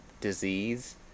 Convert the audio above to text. disease